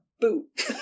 boot